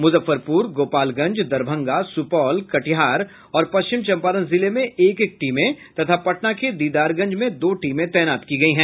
मुजफ्फरपुर गोपालगंज दरभंगा सुपौल कटिहार और पश्चिम चंपारण जिले में एक एक टीमें तथा पटना के दीदारगंज में दो टीमें तैनात की गयी हैं